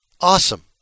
Awesome